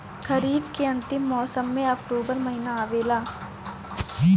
खरीफ़ के अंतिम मौसम में अक्टूबर महीना आवेला?